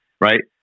Right